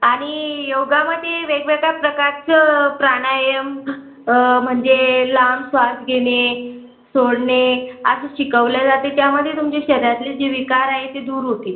आणि योगामध्ये वेगवेगळ्या प्रकारचं प्राणायाम म्हणजे लांब श्वास घेणे सोडणे असं शिकवलं जाते त्यामध्ये तुमच्या शरीरातले जे विकार आहे ते दूर होतील